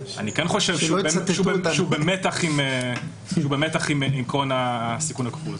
אני כן חושב שהוא במתח עם עיקרון הסיכון הכפול.